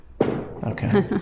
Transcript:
Okay